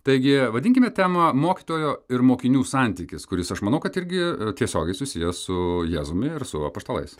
taigi vadinkime temą mokytojo ir mokinių santykis kuris aš manau kad irgi tiesiogiai susijęs su jėzumi ir su apaštalais